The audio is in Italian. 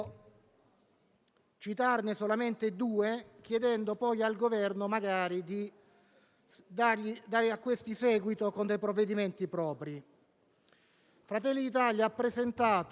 citarne solamente due, chiedendo poi al Governo magari di dare a questi seguito con dei provvedimenti propri. Fratelli d'Italia ha presentato,